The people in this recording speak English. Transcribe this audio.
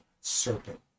serpent